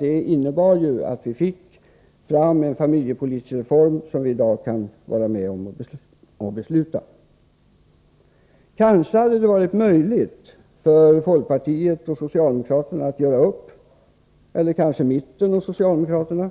Det innebar att vi fick fram en familjepolitisk reform som vi i dag skall besluta om. Kanske hade det varit möjligt för folkpartiet och socialdemokraterna att göra upp — och kanske också för mitten och socialdemokraterna.